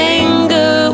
anger